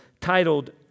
titled